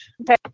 Okay